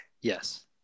Yes